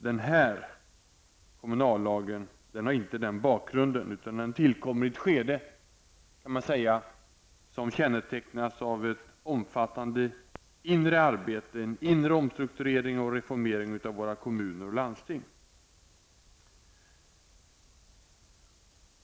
Den kommunallag som det nu skall fattas beslut om har inte den bakgrunden utan tillkommer i ett skede som kännetecknas av ett omfattande inre arbete, en inre omstrukturering och reformering av kommuner och landsting.